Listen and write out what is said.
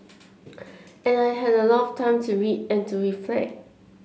and I had a lot of time to read and to reflect